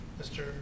Mr